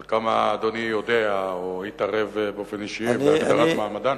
על כמה אדוני יודע או התערב באופן אישי בהגדרת מעמדן.